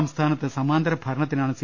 സംസ്ഥാനത്ത് സമാന്തര ഭരണത്തിനാണ് സി